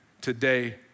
today